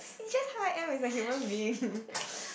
is it high as a human being